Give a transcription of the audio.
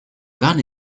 gun